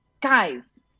guys